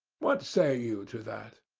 what say you to that?